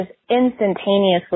instantaneously